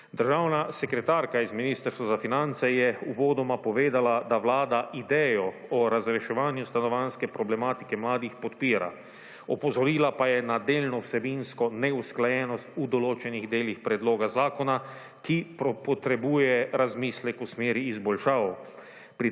Državna sekretarka iz Ministrstva za finance je uvodoma povedala, da Vlada idejo o reševanju stanovanjske problematike mladih podpira, opozorila pa je na delno vsebinsko neusklajenost v določenih delih Predloga zakona, ki potrebuje razmislek v smeri izboljšav.